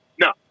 No